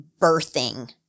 birthing